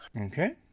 Okay